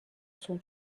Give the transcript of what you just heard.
son